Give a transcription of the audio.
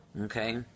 Okay